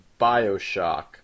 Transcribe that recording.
Bioshock